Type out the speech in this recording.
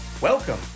Welcome